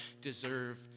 deserve